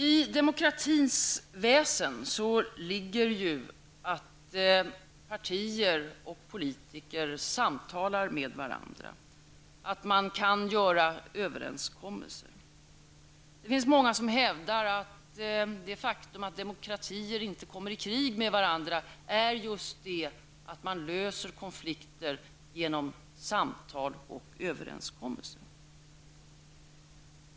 I demokratins väsen ligger ju att partier och politiker samtalar med varandra, att man kan träffa överenskommelser. Det finns många som hävdar att det faktum att demokratier inte kommer i krig med varandra beror på just detta att man löser konflikter genom samtal och överenskommelser.